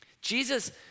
Jesus